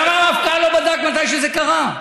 למה המפכ"ל לא בדק מתי שזה קרה?